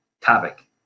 topic